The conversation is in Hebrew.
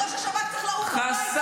אני לא מסכימה איתך כהוא זה, כהוא זה.